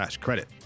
credit